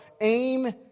aim